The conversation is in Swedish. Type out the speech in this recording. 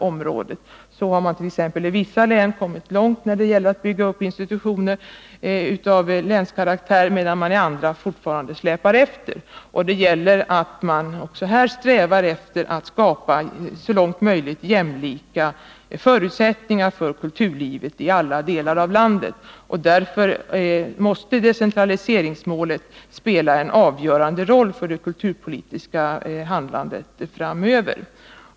I vissa fall har man kommit långt med att bygga upp institutioner av länskaraktär, medan man i andra län fortfarande släpar efter. Också här bör vi sträva efter att skapa så långt möjligt jämlika förutsättningar för kulturlivet i alla delar av landet, och därför måste decentraliseringsmålet spela en avgörande roll för det kulturpolitiska handlandet.